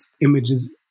images